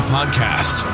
Podcast